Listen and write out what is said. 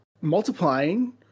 multiplying